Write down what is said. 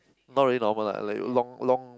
not really normal lah like long long